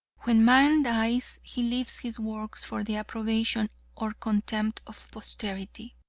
when man dies he leaves his works for the approbation or contempt of posterity.